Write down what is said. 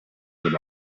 them